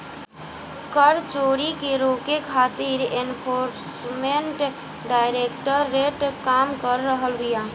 कर चोरी के रोके खातिर एनफोर्समेंट डायरेक्टरेट काम कर रहल बिया